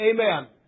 Amen